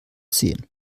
sehen